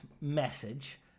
message